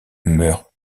meurt